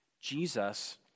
Jesus